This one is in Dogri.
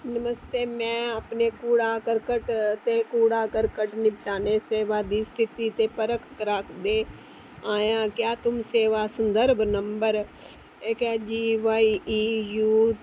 नमस्ते में अपने कूड़ा कर्कट ते कूड़ा कर्कट निपटाने दे सेवा दी स्थिति ते परख कराने आयां क्या तुम सेवा संदर्भ number A G Y E U